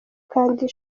kandi